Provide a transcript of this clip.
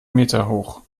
meterhoch